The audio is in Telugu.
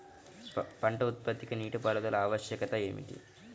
పంట ఉత్పత్తికి నీటిపారుదల ఆవశ్యకత ఏమిటీ?